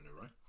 right